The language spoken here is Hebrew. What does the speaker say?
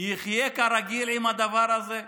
יחיה כרגיל עם הדבר הזה?